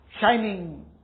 shining